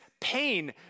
pain